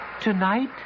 tonight